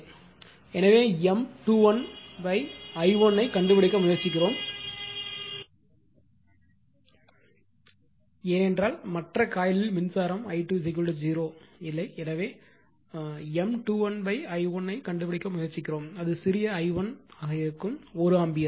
எனவே எம் 21 ஐ 1 ஐ கண்டுபிடிக்க முயற்சிக்கிறோம் அது சிறிய i1 இருக்கும் 1 ஆம்பியர்